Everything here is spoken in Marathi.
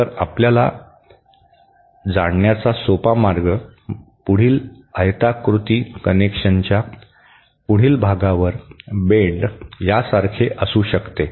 तर आपल्यास जाणण्याचा सोपा मार्ग पुढील आयताकृती कनेक्शनच्या पुढील भागावर बेंड यासारखे असू शकते